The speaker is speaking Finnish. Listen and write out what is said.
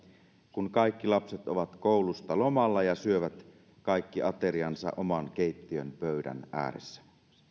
kun kaikki lapset ovat koulusta lomalla ja syövät kaikki ateriansa oman keittiönpöydän ääressä